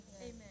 Amen